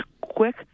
quick